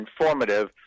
informative